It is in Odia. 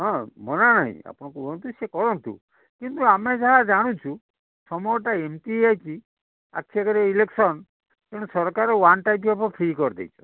ହଁ ମନା ନାହିଁ ଆପଣ କୁହନ୍ତୁ ସିଏ କରନ୍ତୁ କିନ୍ତୁ ଆମେ ଯାହା ଜାଣୁଛୁ ସମୟଟା ଏମିତି ହେଇଯାଇଛି ଆଖି ଆଗରେ ଇଲେକ୍ସନ୍ ତେଣୁ ସରକାର ୱାନ୍ ଟାଇପ୍ ଅଫ୍ ଫ୍ରି କରିଦେଇଛି